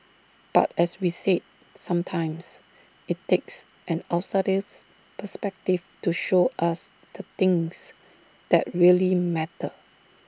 but as we said sometimes IT takes an outsider's perspective to show us the things that really matter